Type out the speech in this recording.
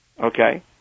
okay